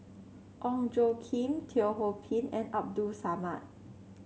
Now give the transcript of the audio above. Ong Tjoe Kim Teo Ho Pin and Abdul Samad